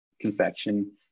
confection